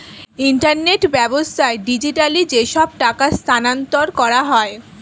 internet ব্যাবস্থায় digitally যেসব টাকা স্থানান্তর করা হয়